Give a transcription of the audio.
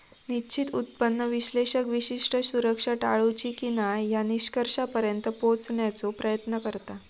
निश्चित उत्पन्न विश्लेषक विशिष्ट सुरक्षा टाळूची की न्हाय या निष्कर्षापर्यंत पोहोचण्याचो प्रयत्न करता